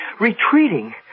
retreating